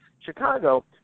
Chicago